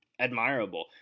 admirable